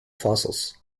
fossils